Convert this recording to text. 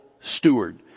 steward